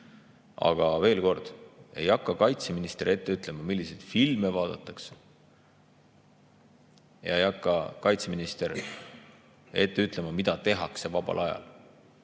Aga veel kord: ei hakka kaitseminister ette ütlema, milliseid filme vaadatakse. Ja ei hakka kaitseminister ette ütlema, mida tehakse vabal ajal.